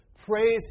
praise